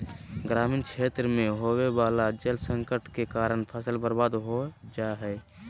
ग्रामीण क्षेत्र मे होवे वला जल संकट के कारण फसल बर्बाद हो जा हय